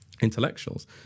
intellectuals